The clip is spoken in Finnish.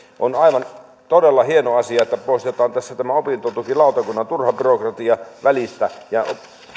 on on aivan todella hieno asia että tässä poistetaan tämä opintotukilautakunnan turha byrokratia välistä